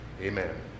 Amen